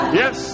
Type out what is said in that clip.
yes